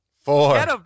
Four